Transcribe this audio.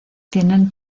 tienen